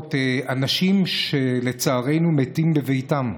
שמראות אנשים שלצערנו מתים בביתם.